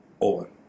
Over